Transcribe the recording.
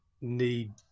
need